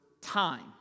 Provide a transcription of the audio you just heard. time